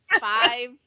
five